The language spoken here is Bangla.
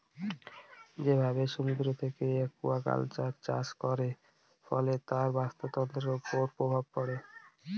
যেভাবে সমুদ্র থেকে একুয়াকালচার চাষ করে, ফলে তার বাস্তুতন্ত্রের উপর প্রভাব পড়ে